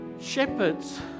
Shepherds